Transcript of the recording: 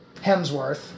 Hemsworth